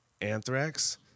Anthrax